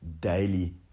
daily